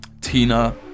Tina